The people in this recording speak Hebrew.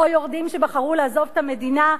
או יורדים שבחרו לעזוב את המדינה,